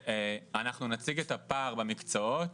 אנחנו נציג את הפער במקצועות,